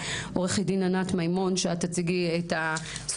עו"ד דין ענת מימון, אני רוצה שתציגי את הסוגיה.